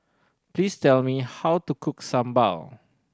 please tell me how to cook sambal